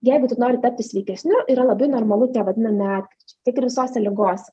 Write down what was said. jeigu tu nori tapti sveikesniu yra labai normalu tie vadinami atkryčiai taip ir visose ligose